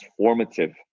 transformative